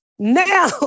Now